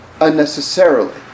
unnecessarily